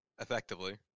effectively